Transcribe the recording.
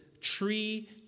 tree